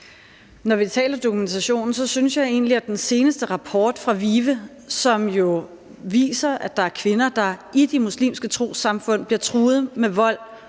Når vi taler dokumentation, synes jeg egentlig, at den seneste rapport fra VIVE, som jo viser, at der er kvinder, der i de muslimske trossamfund bliver truet med vold